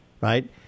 right